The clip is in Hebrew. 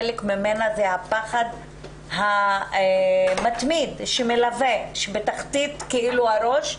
חלק ממנה זה הפחד המתמיד שמלווה בתחתית הראש,